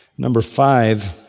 number five,